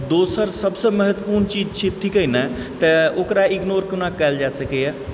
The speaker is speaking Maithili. दोसर सबसे महत्वपूर्ण चीज थिकय न तऽ ओकरा इग्नोर कोना कयल जा सकयैए